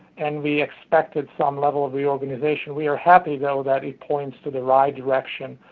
and we expected some level of reorganization. we are happy, though, that it points to the right direction,